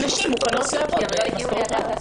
כי נשים מוכנות לעבוד במשכורות נמוכות.